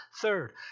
Third